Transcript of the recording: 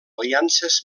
aliances